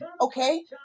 okay